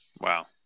Wow